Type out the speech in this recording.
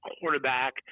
quarterback